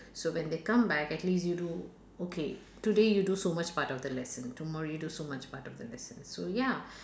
so when they come back at least you do okay today you do so much part of the lesson tomorrow you do so much part of the lesson so ya